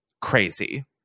crazy